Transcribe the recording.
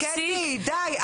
לא, קטי, די.